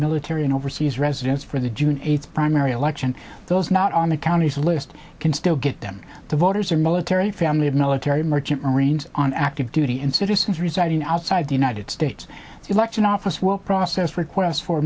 military and overseas residents for the june eighth primary election those not on the county's list can still get them to voters or military family of military merchant marines on active duty and citizens residing outside the united states election office will process requests for